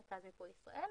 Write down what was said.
מרכז מיפוי ישראל,